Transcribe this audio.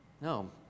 No